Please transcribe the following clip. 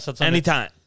Anytime